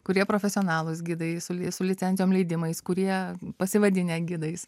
kurie profesionalūs gidai su su licencijom leidimais kurie pasivadinę gidais